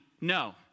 no